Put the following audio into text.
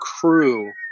crew